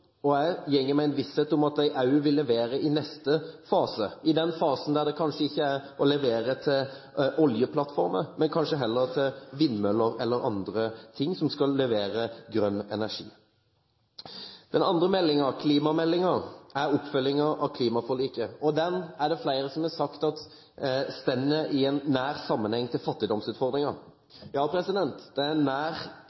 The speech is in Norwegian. og jeg går med en visshet om at de også vil levere i neste fase, i den fasen der det kanskje ikke handler om å levere til oljeplattformer, men kanskje heller til vindmøller eller andre ting som skal levere grønn energi. Den andre meldingen, klimameldingen, er oppfølgingen av klimaforliket. Den er det flere som har sagt har nær sammenheng med fattigdomsutfordringen. Den har nær tilknytning til